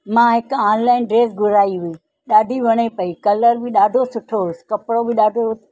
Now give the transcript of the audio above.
मां हिकु online dress घुराई हुई ॾाढी वणे पई कलर बि ॾाढो सुठो हुयसि कपिड़ो बि ॾाढो